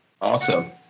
Awesome